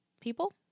people